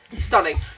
stunning